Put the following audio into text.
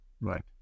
Right